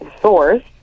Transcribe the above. source